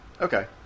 Okay